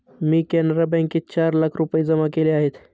मी कॅनरा बँकेत चार लाख रुपये जमा केले आहेत